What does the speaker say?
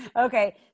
Okay